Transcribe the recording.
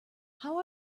how